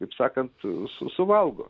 taip sakant su suvalgo